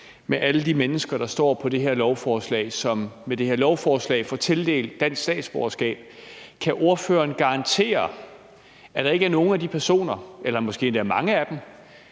af alle de mennesker, der står på det her lovforslag, som med det her lovforslag får tildelt dansk statsborgerskab: Kan ordføreren garantere, at der ikke er nogen af de personer eller måske endda mange af dem,